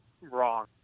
wrong